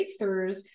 breakthroughs